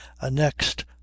annexed